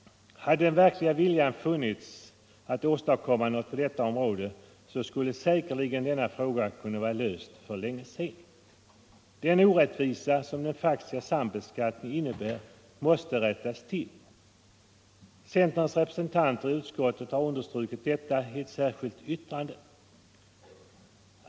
Hade den verkliga viljan funnits att åstadkomma något på detta område, så skulle säkerligen denna fråga ha kunnat vara löst för länge sedan. Den orättvisa som den faktiska sambeskattningen innebär måste rättas till. Centerns representanter i utskottet har understrukit detta i ett särskilt yttrande.